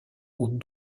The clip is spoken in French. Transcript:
aux